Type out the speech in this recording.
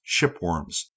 shipworms